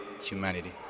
humanity